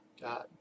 God